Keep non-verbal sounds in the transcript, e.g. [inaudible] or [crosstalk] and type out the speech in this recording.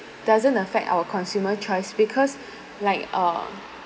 doesn't affect our consumer choice because [breath] like uh